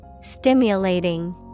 Stimulating